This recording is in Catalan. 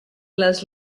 les